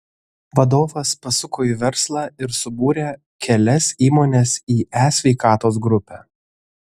vadovas pasuko į verslą ir subūrė kelias įmones į e sveikatos grupę